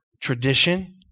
tradition